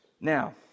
Now